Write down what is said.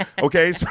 okay